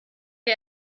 der